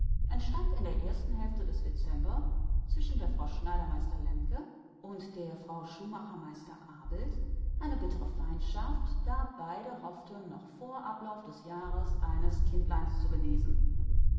entstand in der zweiten hälfte des dezember zwischen der frau schneidermeister lembke und der frau schuhmachermeister abelt eine bittere feindschaft da beide hofften noch vor ablauf des jahres eines kindleins zu genesen